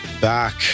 back